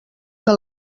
que